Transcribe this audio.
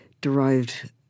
derived